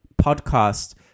podcast